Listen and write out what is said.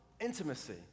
intimacy